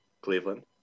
Cleveland